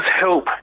help